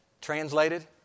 Translated